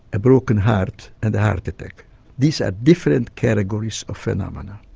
a broken heart and heart attack these are different categories of phenomena.